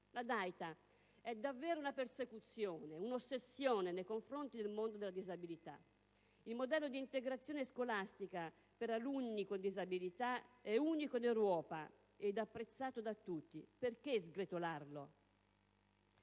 che «è davvero una persecuzione, un'ossessione nei confronti del mondo della disabilità. Il modello di integrazione scolastica per le alunne e gli alunni con disabilità è unico in Europa ed apprezzato da tutti. Perché sgretolarlo?